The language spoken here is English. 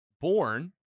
born